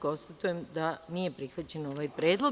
Konstatujem da nije prihvaćen ovaj predlog.